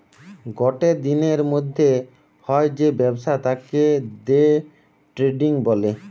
গটে দিনের মধ্যে হয় যে ব্যবসা তাকে দে ট্রেডিং বলে